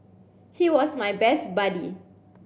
he was my best buddy